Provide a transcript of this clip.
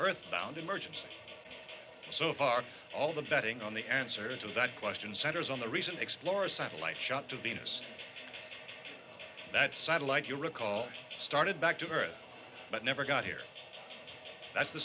earthbound emergency so far all the betting on the answer to that question centers on the recent explorer satellite shot to beaners that satellite you recall started back to earth but never got here that's the